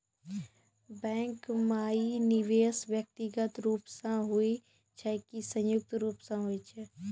Bank माई निवेश व्यक्तिगत रूप से हुए छै की संयुक्त रूप से होय छै?